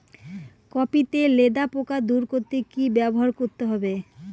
Copy তে লেদা পোকা দূর করতে কি ব্যবহার করতে হবে?